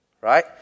right